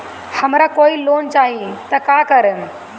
हमरा कोई लोन चाही त का करेम?